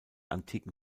antiken